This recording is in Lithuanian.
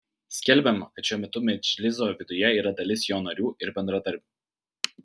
skelbiama kad šiuo metu medžliso viduje yra dalis jo narių ir bendradarbių